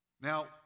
Now